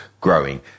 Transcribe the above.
growing